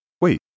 wait